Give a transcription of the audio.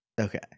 Okay